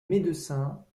médecins